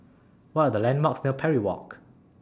What Are The landmarks near Parry Walk